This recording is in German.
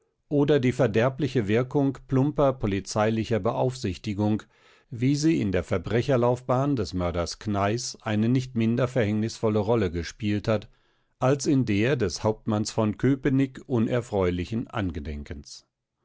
oder die verderbliche wirkung plumper polizeilicher beaufsichtigung wie sie in der verbrecherlaufbahn des mörders kneißl eine nicht minder verhängnisvolle rolle gespielt hat als in der des hauptmanns von köpenick unerfreulichen angedenkens